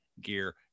gear